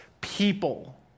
people